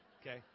okay